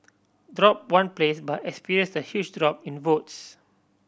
drop one place but experience a huge drop in votes